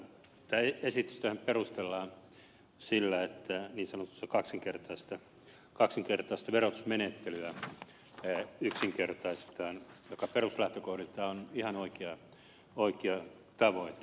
tätä esitystähän perustellaan sillä että niin sanottua kaksinkertaista verotusmenettelyä yksinkertaistetaan mikä peruslähtökohdiltaan on ihan oikea tavoite